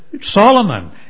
Solomon